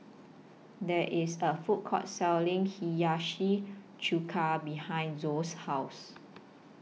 There IS A Food Court Selling Hiyashi Chuka behind Zoa's House